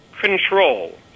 control